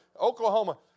Oklahoma